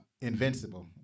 Invincible